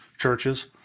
churches